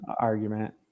argument